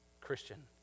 Christian